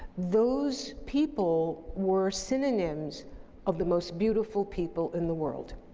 those people were synonyms of the most beautiful people in the world